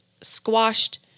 squashed